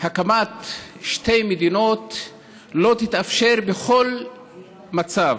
שהקמת שתי מדינות לא תתאפשר בכל מצב.